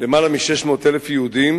יותר מ-600,000 יהודים